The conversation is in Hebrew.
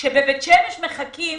כשבבית שמש מחכים,